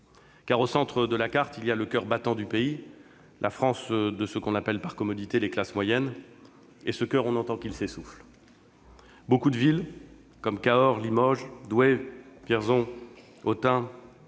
Au centre de la carte, il y a le coeur battant du pays, la France de ce que l'on appelle, par commodité, les classes moyennes ; et ce coeur, on entend qu'il s'essouffle. Beaucoup de villes, comme Cahors, Limoges, Douai, Vierzon, Autun,